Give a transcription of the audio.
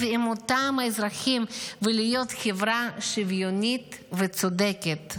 עם אותם אזרחים ולהיות חברה שוויונית וצודקת.